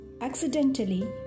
accidentally